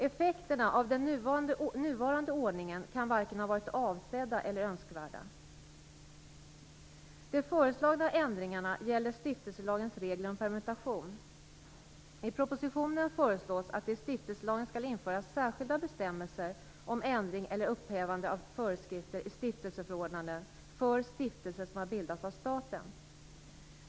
Effekterna av den nuvarande ordningen kan varken ha varit avsedda eller önskvärda. De föreslagna ändringarna gäller stiftelselagens regler om permutation. I propositionen föreslås att det i stiftelselagen skall införas särskilda bestämmelser om ändring eller upphävande av föreskrifter i stiftelseförordnanden för stiftelser som har bildats av staten.